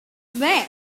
about